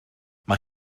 mae